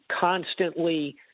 constantly